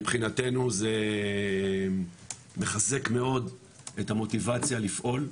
מבחינתנו זה מחזק מאוד את המוטיבציה לפעול,